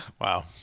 Wow